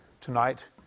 Tonight